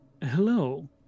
Hello